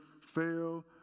fail